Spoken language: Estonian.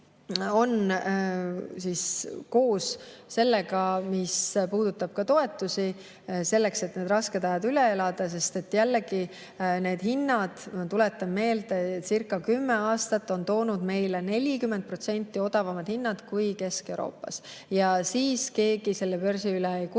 on siis koos sellega, mis puudutab ka toetusi, selleks et need rasked ajad üle elada. Jällegi, tuletan meelde, etcircakümme aastat on olnud meil 40% odavamad hinnad kui Kesk-Euroopas, ja siis keegi börsi üle ei kurtnud.